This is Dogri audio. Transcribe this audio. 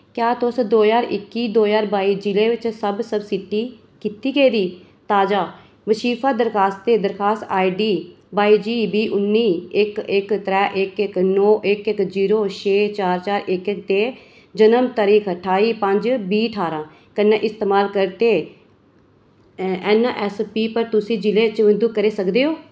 क्या तुस दो ज्हार इक्की दो ज्हार बाई जि'ले बिच सब सबसिडी कीती गेदी ताज़ा बजीफा दरखास्तें दरखास्त आईडी बाईजी बीह् उन्नी इक इक त्रै इक इक नो इक इक जीरो छे चार चार इक दे जनम तरीक ठाई पंज बीह् ठारां कन्नै इस्तेमालकर्ते ऐन्नऐस्सपी पर तुस जि'ले च बद्ध करी सकदे ओ